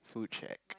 food shack